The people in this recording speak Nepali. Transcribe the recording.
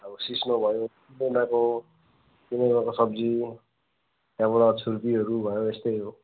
अब सिस्नो भयो किनेमाको किनेमाको सब्जी त्यहाँबाट छुर्पीहरू भयो यस्तै हो